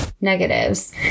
Negatives